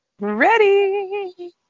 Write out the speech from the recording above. Ready